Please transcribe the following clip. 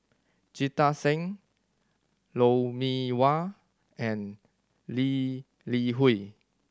Jita Singh Lou Mee Wah and Lee Li Hui